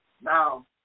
Now